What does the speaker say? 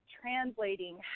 translating